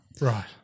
Right